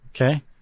Okay